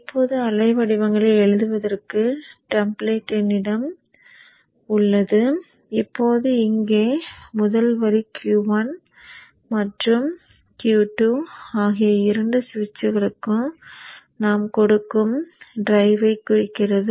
இப்போது அலைவடிவங்களை எழுதுவதற்கான டெம்ப்ளேட் என்னிடம் உள்ளது இப்போது இங்கே இந்த முதல் வரி Q1 மற்றும் Q2 ஆகிய 2 சுவிட்சுகளுக்கு நாம் கொடுக்கும் டிரைவைக் குறிக்கிறது